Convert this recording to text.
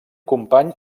company